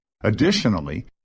Additionally